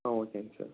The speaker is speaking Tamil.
ஆ ஓகேங்க சார்